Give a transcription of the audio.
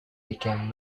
became